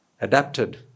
adapted